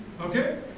Okay